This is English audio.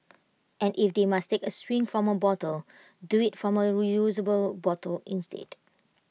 and if they must take A swig from A bottle do IT from A reusable bottle instead